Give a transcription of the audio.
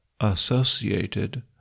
associated